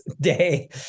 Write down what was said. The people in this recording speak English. day